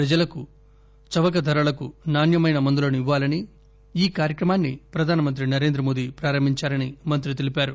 ప్రజలకు చవక ధరలకు నాణ్యమైన మందులను ఇవ్వాలని ఈ కార్యక్రమాన్ని ప్రధానమంత్రి నరేంద్రమోడీ ప్రారంభించారని మంత్రి తెలీపారు